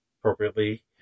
appropriately